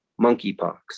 monkeypox